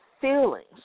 feelings